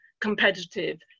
competitive